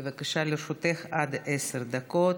בבקשה, לרשותך עד עשר דקות.